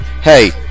hey